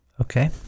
Okay